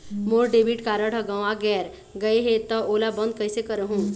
मोर debit card हर गंवा गैर गए हे त ओला बंद कइसे करहूं?